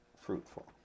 fruitful